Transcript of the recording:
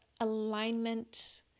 alignment